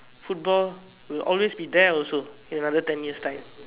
football will always be there also in another ten years time